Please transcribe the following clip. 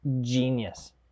genius